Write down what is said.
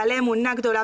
בעלי אמונה גדולה,